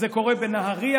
זה קורה בנהריה,